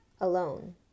alone